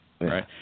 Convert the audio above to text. right